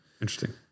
Interesting